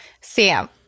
Sam